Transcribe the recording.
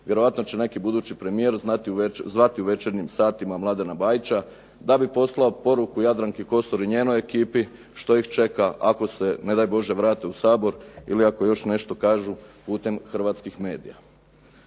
Vjerojatno će neki budući premijer zvati u večernjim satima Mladena Bajića da bi poslao poruku Jadranki Kosor i njenoj ekipi što ih čeka ako se ne daj Bože vrate u Sabor ili ako još nešto kažu putem hrvatskih medija.